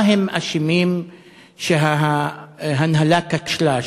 מה הם אשמים שההנהלה כשלה?